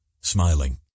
smiling